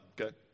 okay